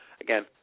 again